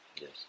Yes